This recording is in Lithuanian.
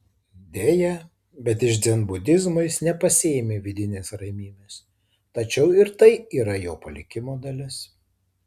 deja bet iš dzenbudizmo jis nepasisėmė vidinės ramybės tačiau ir tai yra jo palikimo dalis